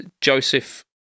joseph